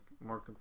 more